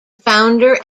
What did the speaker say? founder